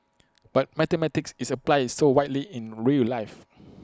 but mathematics is applied so widely in real life